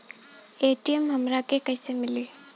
ATM हमरा के कइसे मिली?